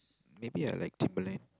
maybe I like Timberland